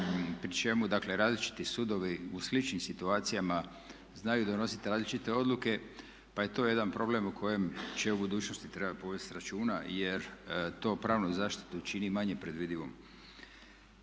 pri čemu dakle različiti sudovi u sličnim situacijama znaju donositi različite odluke pa je to jedan problem o kojem će u budućnosti trebati povesti računa jer to pravnu zaštitu čini manje predvidivom.